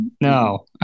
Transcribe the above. no